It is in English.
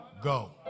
go